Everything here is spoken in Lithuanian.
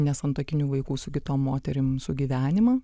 nesantuokinių vaikų su kitom moterim sugyvenimą